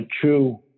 true